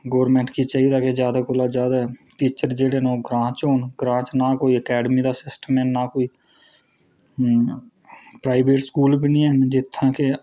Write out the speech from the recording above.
government गी चाहिदा कि जे जैदा कोला जैदा टीचर जेह्डे ग्रां च होन ग्रां च ना कोई अकैडमी दा सिस्टम ऐ ना कोई प्राईवेट स्कूल बी नीं ऐ जित्थै कोई